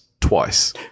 twice